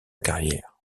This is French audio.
carrière